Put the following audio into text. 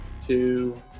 Two